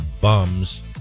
bums